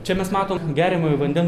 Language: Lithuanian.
čia mes matom geriamojo vandens